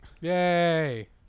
yay